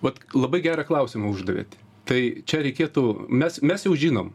vat labai gerą klausimą uždavėt tai čia reikėtų mes mes jau žinom